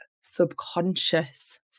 subconscious